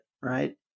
right